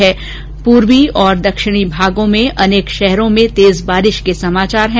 प्रदेश के पूर्वी और दक्षिणी भागों में अनेक शहरों में तेज बारिश के समाचार हैं